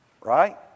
Right